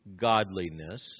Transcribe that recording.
godliness